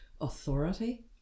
authority